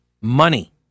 money